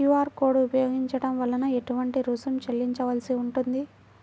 QR code ఉపయోగించటం వలన ఏటువంటి రుసుం చెల్లించవలసి ఉంటుంది?